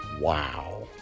Wow